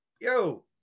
yo